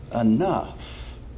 enough